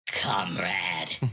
Comrade